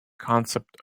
concept